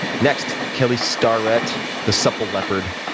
next. kelly starret, the supple leopard,